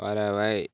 பறவை